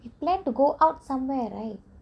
you plan to go out somewhere right